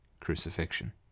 crucifixion